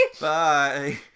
Bye